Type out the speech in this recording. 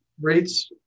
rates